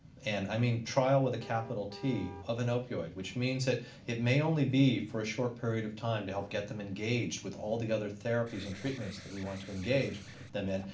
and i mean trial with a capital t, of an opioid. which means that it may only be for a short period of time to help get them engaged with all the other therapies and treatments that we want to engage them in,